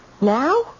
Now